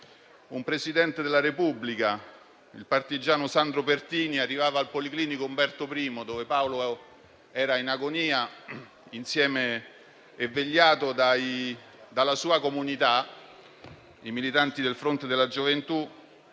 un Presidente della Repubblica, il partigiano Sandro Pertini, arrivava al Policlinico Umberto I, dove Paolo era in agonia, vegliato dalla sua comunità, i militanti del Fronte della Gioventù.